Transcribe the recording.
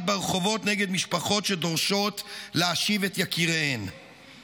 ברחובות נגד משפחות שדורשות להשיב את יקיריהן,